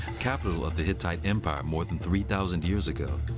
capital of the hittite empire more than three thousand years ago.